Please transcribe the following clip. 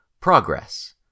progress